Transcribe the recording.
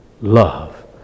love